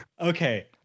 Okay